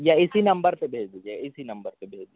یا اسی نمبر پہ بھیجیے اسی نمبر پہ بھیج دیجیے